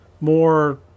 more